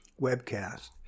webcast